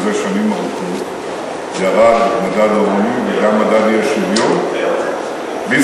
שנים ארוכות ירד מדד העוני וירד מדד האי-שוויון בישראל?